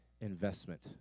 investment